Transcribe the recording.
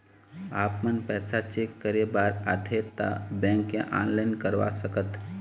आपमन पैसा चेक करे बार आथे ता बैंक या ऑनलाइन करवा सकत?